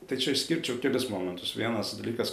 tai čia išskirčiau kelis momentus vienas dalykas